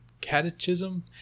Catechism